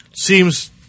seems